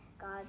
God